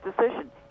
decision